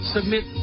Submit